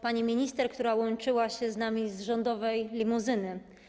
Pani Minister, która łączyła się z nami z rządowej limuzyny!